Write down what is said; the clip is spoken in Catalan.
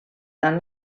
tant